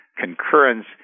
concurrence